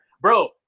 bro